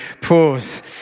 pause